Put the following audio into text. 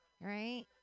right